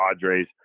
Padres